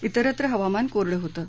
इतरत्र हवामान कोरडं होतं